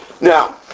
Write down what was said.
Now